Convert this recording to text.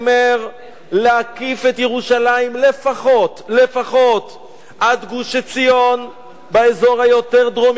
להקיף את ירושלים לפחות עד גוש-עציון באזור היותר דרומי-מזרחי,